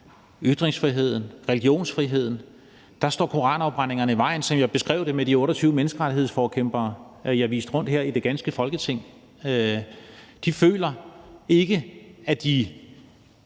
ytringsfriheden, religionsfriheden. Der står koranafbrændingerne i vejen, som jeg beskrev det med de 28 menneskerettighedsforkæmpere, jeg viste rundt her i det danske Folketing. De føler ikke, at de